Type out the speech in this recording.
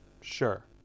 sure